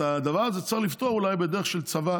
את הדבר הזה צריך לפתור אולי בדרך של צבא